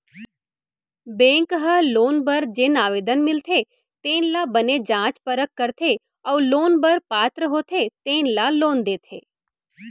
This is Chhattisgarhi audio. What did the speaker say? बेंक ह लोन बर जेन आवेदन मिलथे तेन ल बने जाँच परख करथे अउ लोन बर पात्र होथे तेन ल लोन देथे